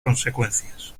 consecuencias